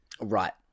Right